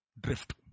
drift